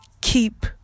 keep